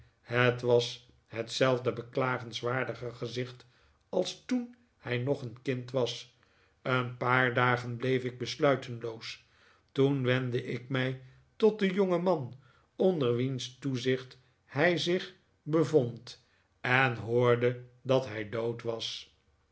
het was hetzelfde beklagenswaardige gezicht als toen hij nog een kind was een paar dagen bleef ik besluiteloos toen wendde ik mij tot den jongeman onder wiens toezicht hij zich bevond en hoorde dat hij dood was